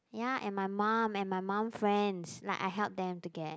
ya and my mum and my mum friends like I help them to get